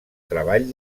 treball